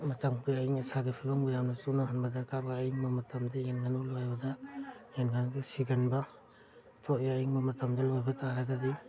ꯃꯇꯝꯒꯤ ꯑꯌꯤꯡ ꯑꯁꯥꯒꯤ ꯐꯤꯕꯝꯒ ꯌꯥꯝꯅ ꯆꯨꯅꯍꯟꯕ ꯗꯔꯀꯥꯔ ꯑꯣꯏ ꯑꯌꯤꯡꯕ ꯃꯇꯝꯗꯤ ꯌꯦꯟ ꯉꯥꯅꯨ ꯂꯣꯏꯕꯗ ꯌꯦꯟ ꯉꯥꯅꯨ ꯑꯗꯨ ꯁꯤꯒꯟꯕ ꯊꯣꯛꯏ ꯑꯌꯤꯡꯕ ꯃꯇꯝꯗ ꯂꯣꯏꯕ ꯇꯥꯔꯒꯗꯤ